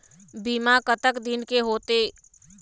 बीमा कतक दिन के होते?